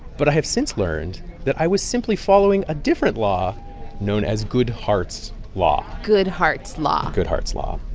but i have since learned that i was simply following a different law known as goodhart's law goodhart's law goodhart's law.